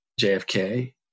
JFK